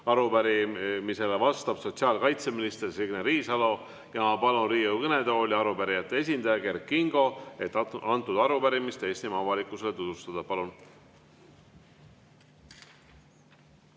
Arupärimisele vastab sotsiaalkaitseminister Signe Riisalo. Ma palun Riigikogu kõnetooli arupärijate esindaja Kert Kingo, et arupärimist Eestimaa avalikkusele tutvustada. Palun!